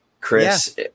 Chris